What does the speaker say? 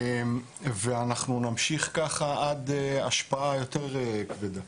ואנחנו נמשיך ככה עד השפעה יותר כבדה.